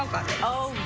oh,